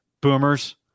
boomers